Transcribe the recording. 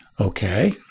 Okay